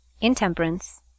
intemperance